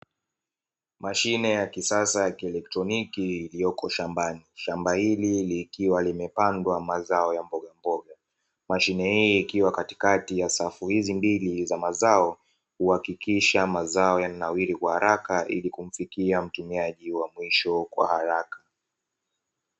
Mshine ya kisasa ya kielektroniki iliyopo shambani, Shamba hili likiwa limepandwa mazao ya mboga mboga, mashine hii ikiwa katikati ya safu hizi mbili za mazao kuhakikisha mazao yananawiri kwa haraka ili kumfikia mtumiaji wa mwisho kwa haraka.